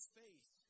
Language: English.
faith